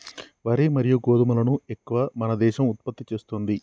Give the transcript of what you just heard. వరి మరియు గోధుమలను ఎక్కువ మన దేశం ఉత్పత్తి చేస్తాంది